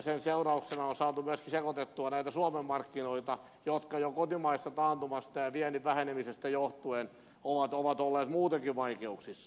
sen seurauksena on saatu myöskin sekoitettua näitä suomen markkinoita jotka jo kotimaisesta taantumasta ja viennin vähenemisestä johtuen ovat olleet muutenkin vaikeuksissa